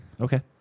Okay